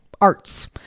arts